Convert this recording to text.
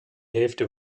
hälfte